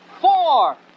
four